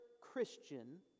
Christian